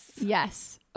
yes